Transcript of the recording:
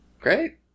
Great